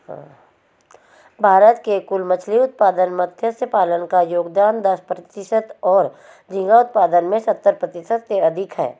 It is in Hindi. भारत के कुल मछली उत्पादन में मत्स्य पालन का योगदान दस प्रतिशत और झींगा उत्पादन में सत्तर प्रतिशत से अधिक है